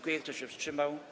Kto się wstrzymał?